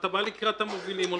אתה בא לקראת המובילים.